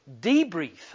debrief